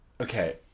okay